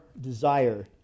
desire